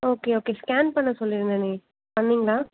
okay okay scan பண்ண சொல்லி இருந்தனே பண்ணீங்களா